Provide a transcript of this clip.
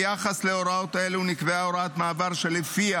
ביחס להוראות אלו נקבעה הוראת מעבר שלפיה